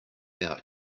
out